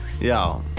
Yo